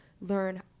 learn